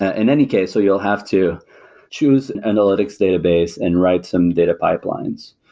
ah in any case, so you'll have to choose analytics database and write some data pipelines.